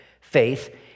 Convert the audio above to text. faith